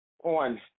On